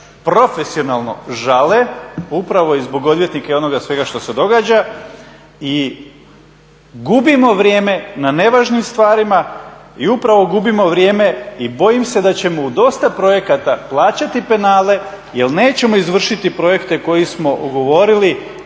profesionalno žale upravo zbog odvjetnika i onoga svega što se događa i gubimo vrijeme na nevažnim stvarima i upravo gubimo vrijeme. I bojim se da ćemo u dosta projekata plaćati penale jel nećemo izvršiti projekte koje smo ugovorili